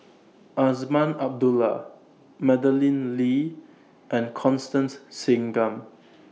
Azman Abdullah Madeleine Lee and Constance Singam